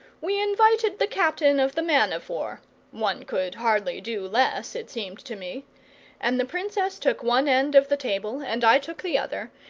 we invited the captain of the man-of-war one could hardly do less, it seemed to me and the princess took one end of the table and i took the other,